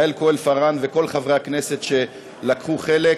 יעל כהן-פארן וכל חברי הכנסת שלקחו חלק.